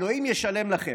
אלוהים ישלם לכם.